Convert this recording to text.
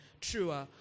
truer